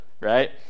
Right